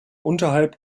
unterhalb